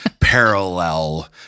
parallel-